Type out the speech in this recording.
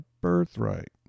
birthright